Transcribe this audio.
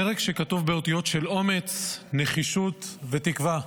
פרק שכתוב באותיות של אומץ, נחישות ותקווה.